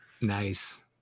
nice